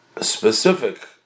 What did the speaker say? specific